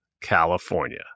California